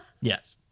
Yes